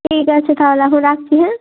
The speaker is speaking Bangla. ঠিক আছে তাহলে এখন রাখছি হ্যাঁ